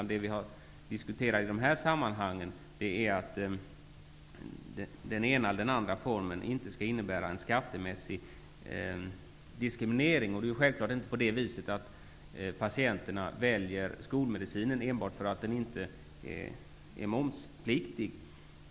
Det vi har diskuterat i de här sammanhangen är att den ena eller den andra formen inte skall utsättas för en skattemässig diskriminering. Det är självklart inte så att patienterna väljer skolmedicinen enbart därför att den inte är momspliktig.